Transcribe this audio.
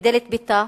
מדלת ביתה